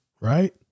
right